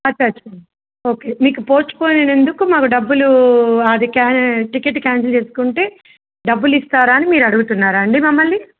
అ okay మీకు postpone అనందుకు మాకు డబ్బులు అది క్యా టికెట్ క్యాన్సిల్ చేసుకుంటే డబ్బులు ఇస్తారాని మీరు అడుగుతున్నారా అండి మమ్మల్ని